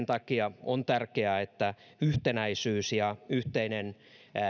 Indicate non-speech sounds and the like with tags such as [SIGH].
[UNINTELLIGIBLE] takia on tärkeää että yhtenäisyys ja yhteinen